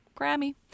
Grammy